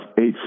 eight